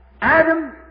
Adam